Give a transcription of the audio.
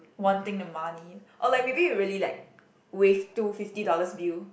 wanting the money or like maybe you really like wave two fifty dollars bill